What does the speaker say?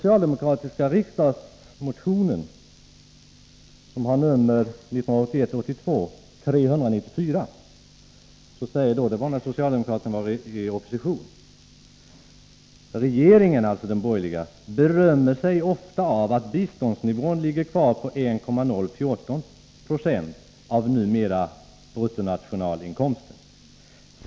I sin motion 1981/82:394 sade socialdemokraterna, som då var i opposition: ”Regeringen” — alltså den borgerliga — ”berömmer sig ofta av att biståndsnivån ligger kvar på 1,014 96 av — numera — bruttonationalinkomsten.